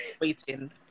waiting